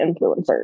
influencers